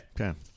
Okay